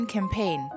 Campaign